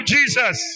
Jesus